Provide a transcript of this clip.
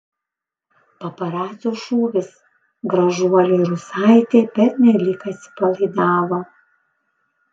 paparacio šūvis gražuolė rusaitė pernelyg atsipalaidavo